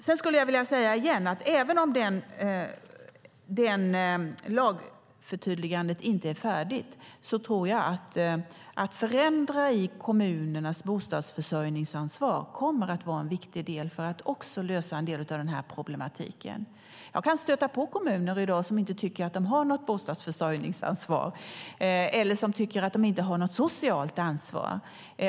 Sedan skulle jag återigen vilja säga att även om lagförtydligandet inte är färdigt kommer en viktig del att vara att ändra i kommunernas bostadsförsörjningsansvar för att lösa en del av denna problematik. Jag stöter i dag på kommuner som inte tycker att de har något bostadsförsörjningsansvar eller som inte tycker att de har något socialt ansvar.